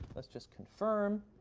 let's just confirm.